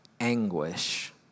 anguish